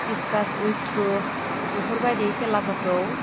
discuss उइत्र' बेफोरबादि खेलाफोरखौ